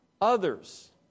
others